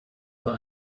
for